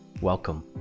Welcome